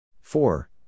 Four